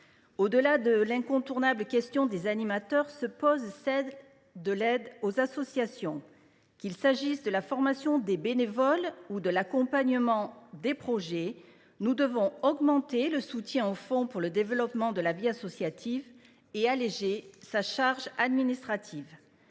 Au delà de l’incontournable question des animateurs se pose celle de l’aide aux associations. Qu’il s’agisse de la formation des bénévoles ou de l’accompagnement des projets des associations, nous devons augmenter le soutien au fonds pour le développement de la vie associative et alléger sa charge administrative,